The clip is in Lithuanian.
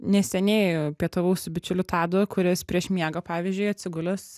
neseniai pietavau su bičiuliu tadu kuris prieš miegą pavyzdžiui atsigulęs